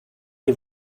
die